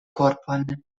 korpon